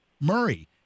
Murray